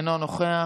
אינו נוכח,